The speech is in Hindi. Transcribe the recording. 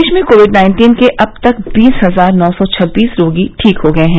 देश में कोविड नाइन्टीन के अब तक बीस हजार नौ सौ छबीस रोगी ठीक हो गए हैं